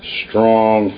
strong